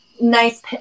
nice